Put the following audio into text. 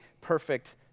perfect